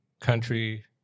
country